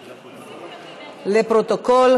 לפרוטוקול,